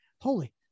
Holy